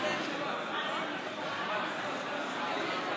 לא שומע את